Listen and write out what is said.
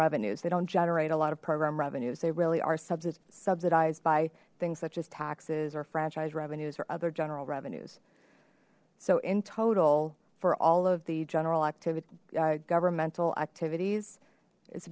revenues they don't generate a lot of program revenues they really are sub subsidized by things such as taxes or franchise revenues or other general revenues so in total for all of the general activity governmental activities it's